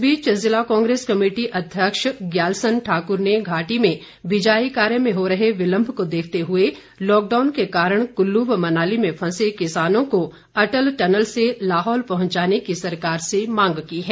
इस बीच ज़िला कांग्रेस कमेटी अध्यक्ष ग्यालसन ठाकुर ने घाटी में बिजाई कार्य में हो रहे विलम्ब को देखते हुए लॉकडाउन के कारण कुल्लू व मनाली में फंसे किसानों को अटल टनल से लाहौल पहुंचाने की सरकार से मांग की है